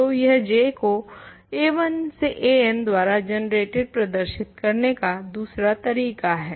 तो यह J को a1 से an द्वारा जनरेटेड प्रदर्शित करने का दूसरा तरीका है